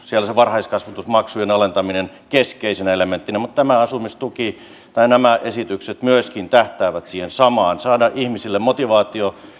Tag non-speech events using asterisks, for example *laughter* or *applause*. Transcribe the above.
*unintelligible* siellä varhaiskasvatusmaksujen alentaminen keskeisenä elementtinä mutta asumistuki tai nämä esitykset myöskin tähtäävät siihen samaan saada ihmisille motivaatio